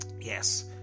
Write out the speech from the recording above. Yes